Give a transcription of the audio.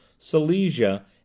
Silesia